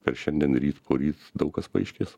per šiandien ryt poryt daug kas paaiškės